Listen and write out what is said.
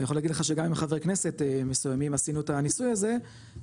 אני יכול להגיד לך שגם עם חברי כנסת מסוימים עשינו את הניסוי הזה ושאלנו